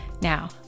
Now